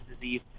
disease